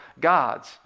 God's